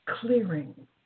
clearing